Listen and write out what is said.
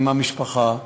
עם המשפחה.